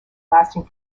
lasting